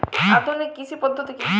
আধুনিক কৃষি পদ্ধতি কী?